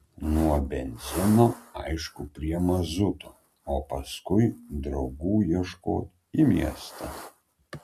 nuo benzino aišku prie mazuto o paskui draugų ieškot į miestą